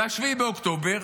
ו-7 באוקטובר